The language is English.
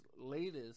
latest